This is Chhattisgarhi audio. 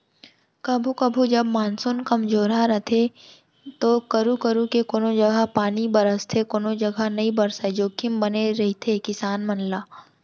कभू कभू जब मानसून कमजोरहा रथे तो करू करू के कोनों जघा पानी बरसथे कोनो जघा नइ बरसय जोखिम बने रहिथे किसान मन ला